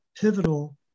pivotal